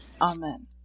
Amen